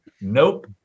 Nope